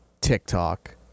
tiktok